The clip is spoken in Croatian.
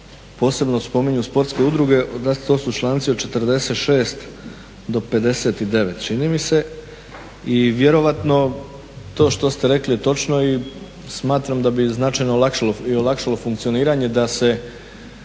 posebno spominju sportske udruge, to su članici od 46. do 59. čini mi se i vjerojatno to što ste rekli je točno i smatram da bi značajno olakšalo, i olakšalo funkcioniranje da se